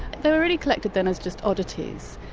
they were really collected then as just oddities.